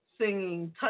singing